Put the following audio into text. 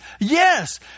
yes